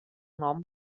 nom